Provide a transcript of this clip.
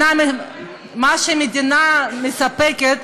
זה מה שהמדינה מספקת,